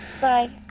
Bye